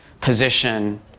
position